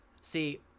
see